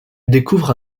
découvre